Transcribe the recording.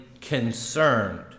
concerned